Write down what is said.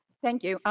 thank you,